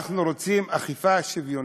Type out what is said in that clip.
אנחנו רוצים אכיפה שוויונית.